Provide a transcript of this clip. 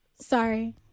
Sorry